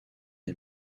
est